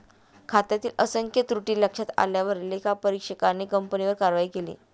खात्यातील असंख्य त्रुटी लक्षात आल्यावर लेखापरीक्षकाने कंपनीवर कारवाई केली